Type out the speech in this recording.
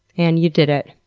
and, you did it.